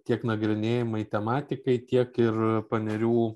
tiek nagrinėjamai tematikai tiek ir panerių